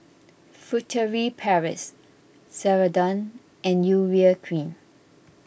Furtere Paris Ceradan and Urea Cream